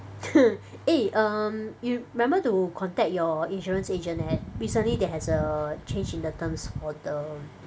eh um you remember to contact your insurance agent leh recently there has a change in the terms for the